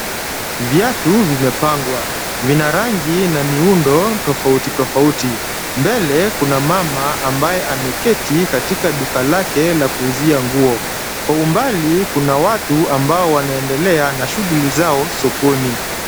Viatu vimepangwa ,vina rangi na miundo tofauti tofauti. Mbele Kuna mama ambaye ameketi katika duka lake la kuuzia nguo ,kwa umbali kuna watu ambao wanaendelea na shughuli zao sokoni.